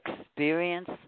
experience